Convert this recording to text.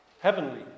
Heavenly